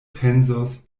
pensos